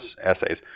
essays